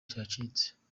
cyacitse